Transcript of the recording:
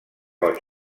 roig